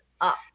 up